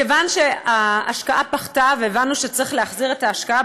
כיוון שההשקעה פחתה והבנו שצריך להחזיר את ההשקעה,